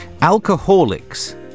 alcoholics